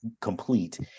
complete